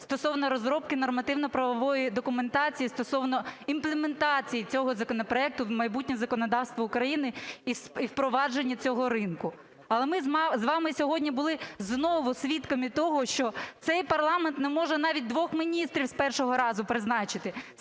стосовно розробки нормативно-правової документації стосовно імплементації цього законопроекту в майбутнє законодавство України і впровадження цього ринку. Але ми з вами сьогодні були знову свідками того, що цей парламент не може навіть двох міністрів з першого разу призначити.